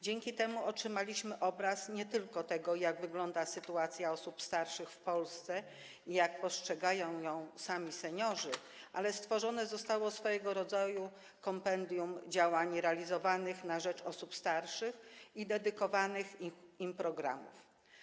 Dzięki temu otrzymaliśmy obraz nie tylko tego, jak wygląda sytuacja osób starszych w Polsce, jak postrzegają ją sami seniorzy, ale stworzone zostało swojego rodzaju kompendium działań realizowanych na rzecz osób starszych i dedykowanych im programów.